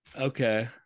Okay